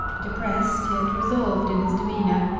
depressed, yet resolved in his demeanour,